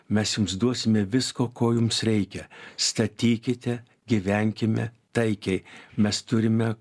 mes jums duosime visko ko jums reikia statykite gyvenkime taikiai mes turime